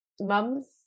Mum's